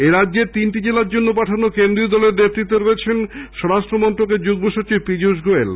এরাজ্যের তিনটি জেলার জন্য পাঠানো কেন্দ্রীয় দলের নেতৃত্বে রয়েছেন স্বরাষ্ট্র মন্ত্রকের যুগ্ম সচিব পীযৃষ গোয়েল